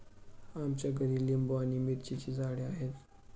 आमच्या घरी लिंबू आणि मिरचीची झाडे आहेत